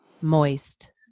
moist